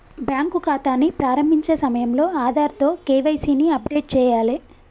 bank ఖాతాని ప్రారంభించే సమయంలో ఆధార్తో కేవైసీ ని అప్డేట్ చేయాలే